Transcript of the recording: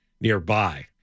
nearby